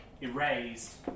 erased